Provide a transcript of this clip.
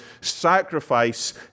sacrifice